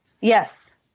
Yes